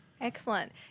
Excellent